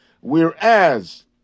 Whereas